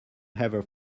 ever